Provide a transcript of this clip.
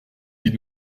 des